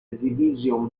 division